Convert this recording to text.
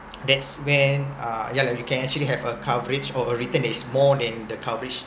that's when uh ya lah you can actually have a coverage or a return that is more than the coverage